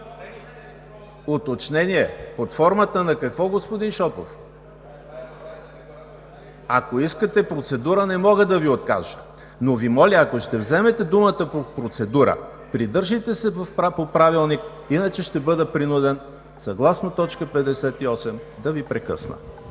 Уточнение – под формата на какво, господин Шопов? Ако искате процедура, не мога да Ви откажа. Но Ви моля, ако ще вземете думата по процедура, придържайте се по Правилника, иначе ще бъда принуден съгласно чл. 58, да Ви прекъсна.